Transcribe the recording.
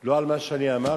לא על מה שאני אמרתי.